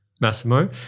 Massimo